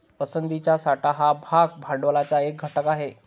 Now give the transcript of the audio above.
पसंतीचा साठा हा भाग भांडवलाचा एक घटक आहे